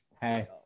Hey